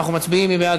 מי בעד?